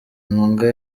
mbwa